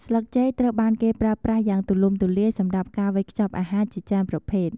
ស្លឹកចេកត្រូវបានគេប្រើប្រាស់យ៉ាងទូលំទូលាយសម្រាប់ការវេចខ្ចប់អាហារជាច្រើនប្រភេទ។